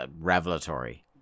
revelatory